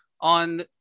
on